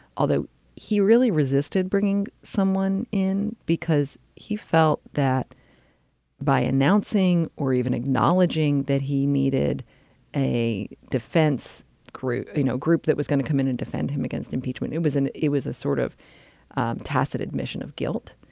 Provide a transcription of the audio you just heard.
although he really resisted bringing someone in because he felt that by announcing or even acknowledging that he needed a defense group, no you know group that was going to come in and defend him against impeachment. it was an it was a sort of tacit admission of guilt.